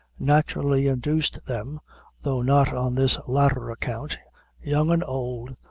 naturally induced them though not on this latter account young and old,